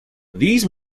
these